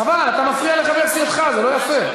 חבל, אתה מפריע לחבר סיעתך, זה לא יפה.